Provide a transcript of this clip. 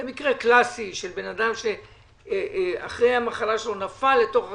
זה מקרה קלאסי של בן אדם שאחרי המחלה שלו נפל לתוך הקורונה,